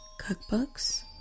Cookbooks